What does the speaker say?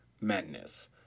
Madness